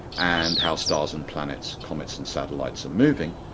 and how stars and planets, comets and satellites are moving,